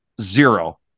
zero